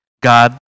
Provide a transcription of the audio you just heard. God